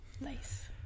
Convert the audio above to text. Nice